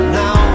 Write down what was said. now